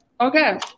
okay